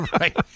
right